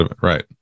right